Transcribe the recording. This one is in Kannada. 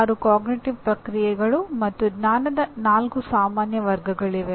ಆರು ಅರಿವಿನ ಪ್ರಕ್ರಿಯೆಗಳು ಮತ್ತು ಜ್ಞಾನದ ನಾಲ್ಕು ಸಾಮಾನ್ಯ ವರ್ಗಗಳಿವೆ